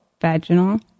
vaginal